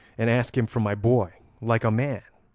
and ask him for my boy like a man.